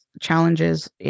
challenges